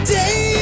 day